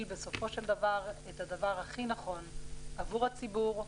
בסופו של דבר את הדבר הכי נכון עבור הציבור,